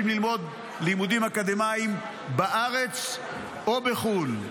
ללמוד לימודים אקדמיים בארץ או בחו"ל.